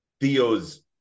theo's